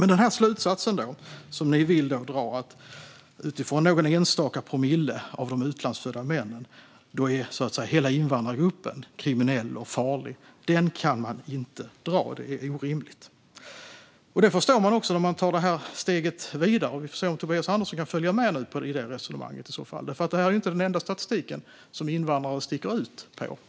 Ni vill dra slutsatsen, utifrån att det gäller för någon enstaka promille av de utlandsfödda männen, att hela invandrargruppen är kriminell och farlig. Den slutsatsen kan man inte dra. Det är inte rimligt. Det förstår man också om man tar steget vidare. Vi får se om Tobias Andersson kan följa med i resonemanget nu. Det är nämligen inte den enda statistiken där invandrare sticker ut.